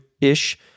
ish